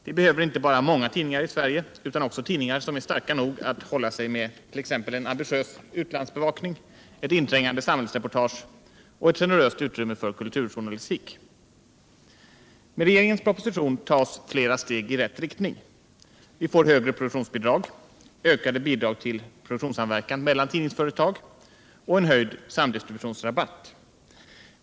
Vi behöver inte bara många tidningar i Sverige utan också tidningar som är starka nog att hålla sig med t.ex. en ambitiös utlandsbevakning, ett inträngande samhällsreportage och ett generöst utrymme för kulturjournalistik. Med regeringens proposition tas flera steg i rätt riktning. Vi får högre produktionsbidrag, ökade bidrag till produktionssamverkan mellan tidningsföretag och en höjd samdistrubutionsrabatt.